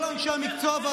כל אנשי המקצוע,